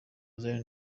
zion